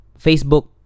Facebook